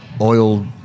oil